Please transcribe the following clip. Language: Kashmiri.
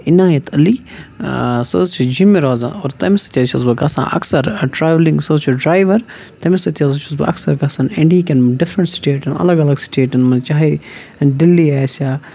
عنایَت علی سُہ حظ چھِ جیٚمہِ روزان اور تٔمِس سۭتۍ حظ چھُس بہٕ گَژھان اَکثر ٹرٛاولِنٛگ سُہ حظ چھُ ڈرٛایوَر تٔمِس سۭتۍ حظ چھُس بہٕ اَکثر گژھان اِنٛڈہِکٮ۪ن ڈِفرنٛٹ سٹیٹَن الَگ الَگ سٹیٹَن منٛز چاہے دِلِی آسہِ یا